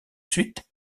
suite